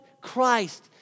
Christ